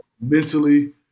mentally